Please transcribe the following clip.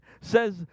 says